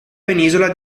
penisola